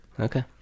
Okay